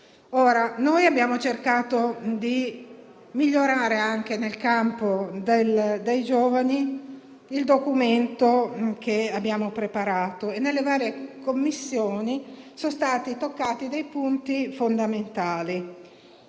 Noi abbiamo cercato di migliorare anche le misure per i giovani nel documento che abbiamo preparato. Nelle varie Commissioni sono stati toccati punti fondamentali.